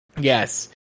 Yes